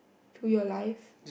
to your life